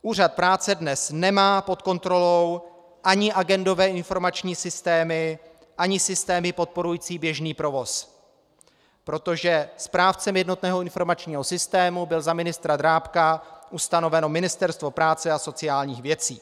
Úřad práce dnes nemá pod kontrolou ani agendové informační systémy, ani systémy podporující běžný provoz, protože správcem jednotného informačního systému bylo za ministra Drábka ustanoveno Ministerstvo práce a sociálních věcí.